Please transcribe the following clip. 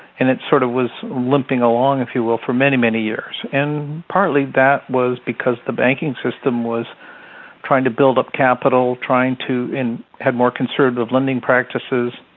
and it sort of was limping along, if you will, for many, many years. and partly that was because the banking system was trying to build up capital, trying to have more conservative lending practices.